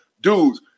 dudes